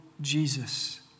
Jesus